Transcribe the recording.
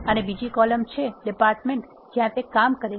અને બીજી કોલમ છે ડીપાર્ટમેન્ટ જ્યાં તે કામ કરે છે